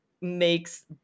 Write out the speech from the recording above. makes